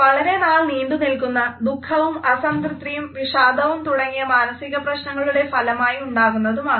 വളരെനാൾ നീണ്ടുനിൽക്കുന്ന ദുഃഖവും അസംതൃപ്തിയും വിഷാദം തുടങ്ങിയ മാനസിക പ്രശ്നങ്ങളുടെ ഫലമായി ഉണ്ടാകുന്നതുമാവാം